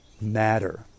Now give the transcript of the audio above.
matter